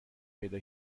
پیدا